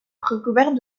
recouverts